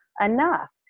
enough